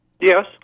Yes